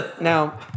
Now